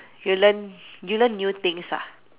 you learn you learn new things ah